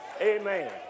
Amen